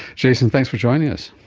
jason, thanks for joining us.